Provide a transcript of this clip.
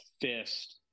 FIST